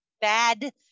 bad